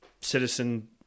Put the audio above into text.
citizen